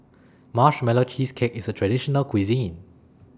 Marshmallow Cheesecake IS A Traditional Local Cuisine